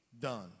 done